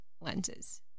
lenses